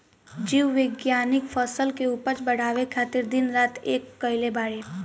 जीव विज्ञानिक फसल के उपज बढ़ावे खातिर दिन रात एक कईले बाड़े